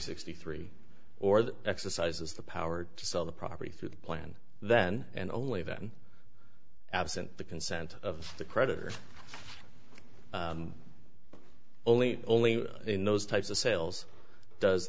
sixty three or the exercises the power to sell the property through the plan then and only then absent the consent of the creditor only only in those types of sales does